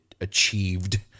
achieved